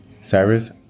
Cyrus